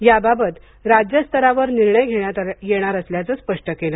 याबाबत राज्यस्तरावर निर्णय घेण्यात येणार असल्याचे स्पष्ट केले